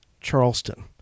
Charleston